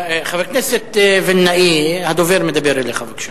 חבר הכנסת וילנאי, הדובר מדבר אליך, בבקשה.